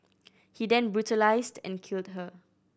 he then brutalised and killed her